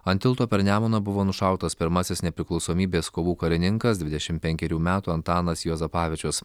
ant tilto per nemuną buvo nušautas pirmasis nepriklausomybės kovų karininkas dvidešimt penkerių metų antanas juozapavičius